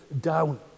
down